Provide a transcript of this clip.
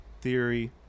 theory